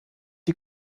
die